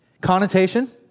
Connotation